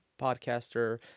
podcaster